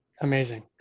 Amazing